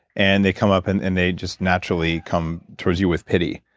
and they come up and and they just naturally come towards you with pity.